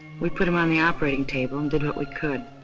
we put him on the operating table and did what we could.